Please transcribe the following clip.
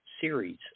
series